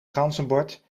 ganzenbord